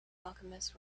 alchemist